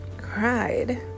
cried